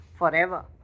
Forever